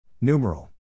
Numeral